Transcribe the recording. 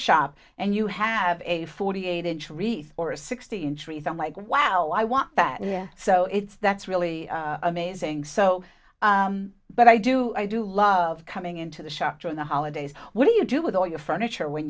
shop and you have a forty eight inch wreath or a sixty inch reason like wow i want that yeah so it's that's really amazing so but i do i do love coming into the shop during the holidays what do you do with all your furniture when